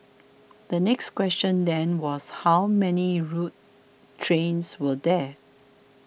the next question then was how many rogue trains were there